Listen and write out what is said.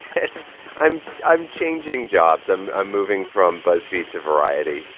it's i'm i'm changing jobs. i'm i'm moving from buzzfeed to variety.